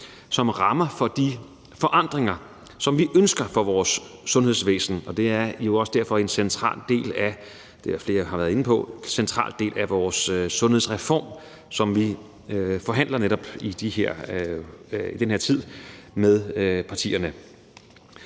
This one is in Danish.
som rammer for de forandringer, vi ønsker for vores sundhedsvæsen, og det er derfor også, hvad flere har været inde på, en central del af vores sundhedsreform, som vi forhandler netop i den her tid med partierne.